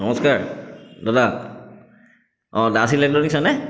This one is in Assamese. নমস্কাৰ দাদা অঁ দাস ইলেক্ট্ৰনিকছ হয়নে